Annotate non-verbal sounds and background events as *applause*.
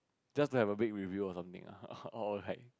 just don't have a big review or something ah *laughs* or like